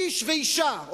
איש ואשה,